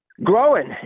Growing